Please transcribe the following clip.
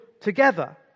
together